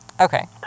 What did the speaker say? Okay